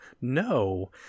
no